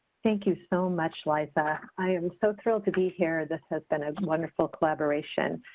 thank you so much, liza. i'm so thrilled to be here. this has been a wonderful collaboration.